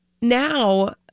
now